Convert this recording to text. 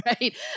right